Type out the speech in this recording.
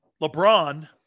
LeBron